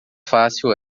fácil